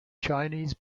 chinese